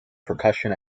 percussion